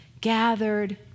gathered